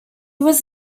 was